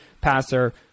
Passer